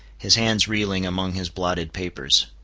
his hands reeling among his blotted papers.